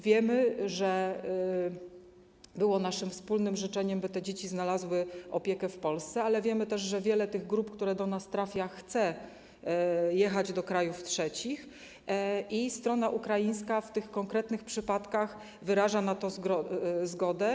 Wiemy, że było naszym wspólnym życzeniem, by te dzieci znalazły opiekę w Polsce, ale wiemy też, że wiele tych grup, które do nas trafiają, chce jechać do krajów trzecich, i strona ukraińska w tych konkretnych przypadkach wyraża na to zgodę.